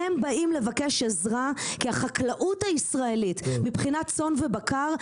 הם באים לבקש עזרה כי החקלאות הישראלית מבחינת צאן ובקר,